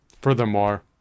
Furthermore